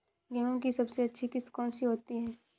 गेहूँ की सबसे अच्छी किश्त कौन सी होती है?